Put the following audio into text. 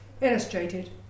illustrated